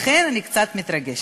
לכן אני קצת מתרגשת.